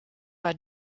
war